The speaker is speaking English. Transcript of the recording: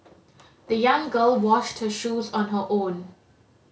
the young girl washed her shoes on her own